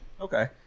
Okay